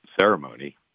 ceremony